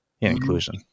inclusion